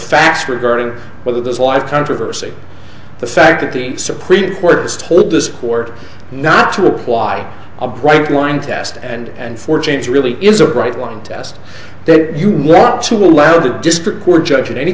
facts regarding whether there's a lot of controversy the fact that the supreme court has told this court not to apply a bright line test and for change really is a bright line test that you want to allow the district court judge in any